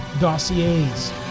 dossiers